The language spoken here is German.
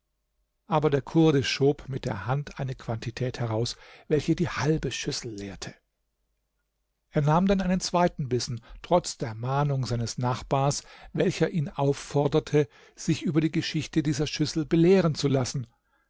aber der kurde schob mit der hand eine quantität heraus welche die halbe schüssel leerte er nahm dann einen zweiten bissen trotz der mahnung seines nachbars welcher ihn aufforderte sich über die geschichte dieser schüssel belehren zu lassen